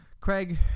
Craig